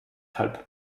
halb